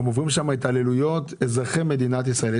הם עוברים שם התעללויות והם אזרחי מדינת ישראל.